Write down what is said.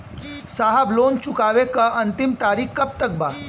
साहब लोन चुकावे क अंतिम तारीख कब तक बा?